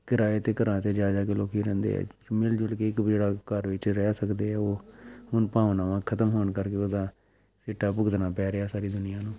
ਕਿਰਾਏ 'ਤੇ ਘਰਾਂ 'ਤੇ ਜਾ ਜਾ ਕੇ ਲੋਕ ਰਹਿੰਦੇ ਆ ਮਿਲ ਜੁਲ ਕੇ ਇੱਕ ਬੜਾ ਘਰ ਵਿੱਚ ਰਹਿ ਸਕਦੇ ਆ ਉਹ ਹੁਣ ਭਾਵਨਾਵਾਂ ਖ਼ਤਮ ਹੋਣ ਕਰਕੇ ਉਹਦਾ ਸਿੱਟਾ ਭੁਗਤਣਾ ਪੈ ਰਿਹਾ ਸਾਰੀ ਦੁਨੀਆ ਨੂੰ